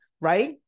right